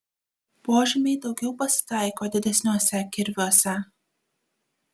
požymiai daugiau pasitaiko didesniuose kirviuose